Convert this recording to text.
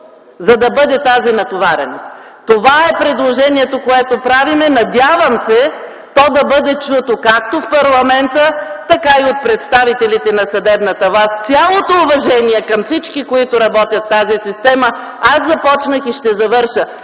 за да бъде тази натовареност. Това е предложението, което правим. Надявам се то да бъде чуто както в парламента, така и от представителите на съдебната власт. С цялото уважение към всички, които работят в тази система, започнах и ще завърша: